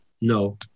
no